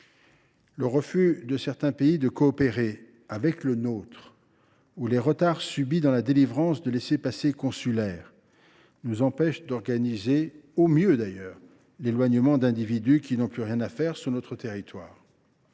Le refus de certains pays de coopérer avec la France ou les retards subis dans la délivrance de laissez passer consulaires nous empêchent d’organiser au mieux l’éloignement d’individus qui n’ont plus rien à faire sur notre sol,